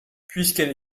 puisqu’elle